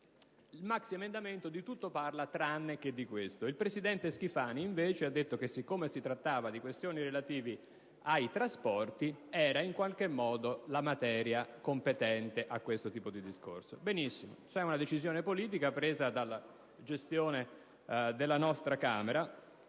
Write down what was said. Il maxiemendamento di tutto parla tranne che di questo; il presidente Schifani, invece, ha detto che, siccome si trattava di questioni relative ai trasporti, la materia era in qualche modo relativa a questo tipo di discorso. Benissimo, c'è una decisione politica presa dalla gestione della nostra Camera,